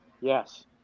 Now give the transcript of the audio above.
Yes